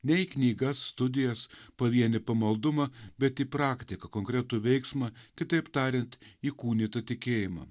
ne į knygas studijas pavienį pamaldumą bet į praktiką konkretų veiksmą kitaip tariant įkūnytą tikėjimą